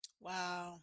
Wow